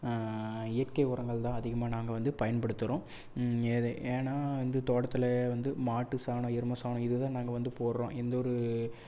இயற்கை உரங்கள் தான் அதிகமாக நாங்கள் வந்து பயன்படுத்துகிறோம் ஏன்னா வந்து தோட்டத்தில் வந்து மாட்டு சாணம் எருமை சாணம் இதுதான் நாங்கள் வந்து போடுறோம் எந்த ஒரு